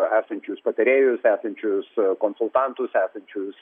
esančius patarėjus esančius konsultantus esančius